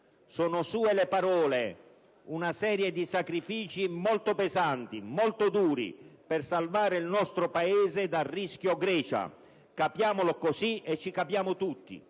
Sono sue le parole «una serie di sacrifici molto pesanti, molto duri (...) per salvare il nostro Paese dal rischio Grecia. Capiamolo così e ci capiamo tutti».